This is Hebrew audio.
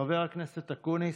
חבר הכנסת אקוניס,